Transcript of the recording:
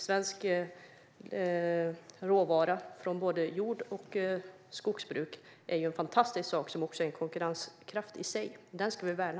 Svensk råvara från jord och skogsbruk är fantastisk och innebär i sig också konkurrenskraft. Den ska vi värna.